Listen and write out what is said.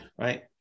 right